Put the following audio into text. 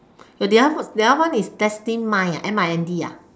your the other the other one is destine mind ah M I N D ah